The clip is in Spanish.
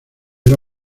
era